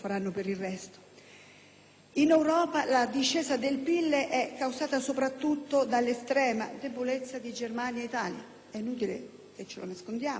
In Europa la discesa del PIL è causata soprattutto dall'estrema debolezza di Germania e Italia, è inutile nascondercelo. Il dato italiano